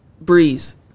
Breeze